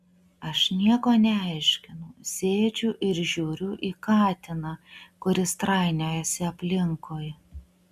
aš nieko neaiškinu sėdžiu ir žiūriu į katiną kuris trainiojasi aplinkui